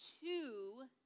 two